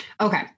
Okay